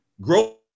growth